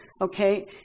okay